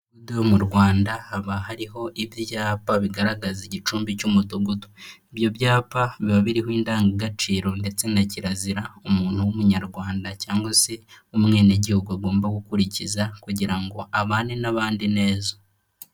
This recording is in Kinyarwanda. Imidugudu yo mu Rwanda haba hariho ibyapa bigaragaza igicumbi cy'umudugudu ibyo byapa biba biriho indangagaciro ndetse na kirazira umuntu w'umunyarwanda cyangwa se w'umwenegihugu agomba gukurikiza kugira ngo abane n'abandi neza.